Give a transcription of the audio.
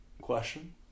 question